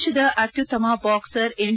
ದೇಶದ ಅತ್ಯುತ್ತಮ boxer M